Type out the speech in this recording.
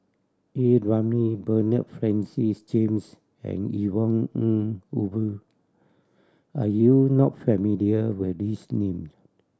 A Ramli Bernard Francis James and Yvonne Ng Uhde are you not familiar with these names